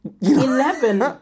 Eleven